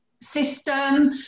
system